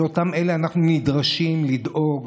לאלה אנחנו נדרשים לדאוג,